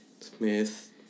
Smith